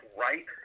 right